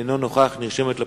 אינו נוכח, נרשמת לפרוטוקול.